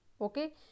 Okay